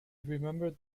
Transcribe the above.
remembered